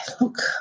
look